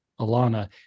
Alana